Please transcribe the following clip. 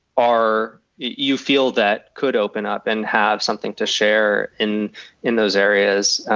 are you feel that could open up and have something to share in in those areas?